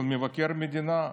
של מבקר המדינה,